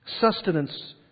sustenance